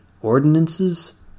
ordinances